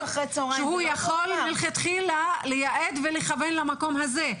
שהוא יכול מלכתחילה לייעד ולכוון למקום הזה?